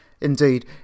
Indeed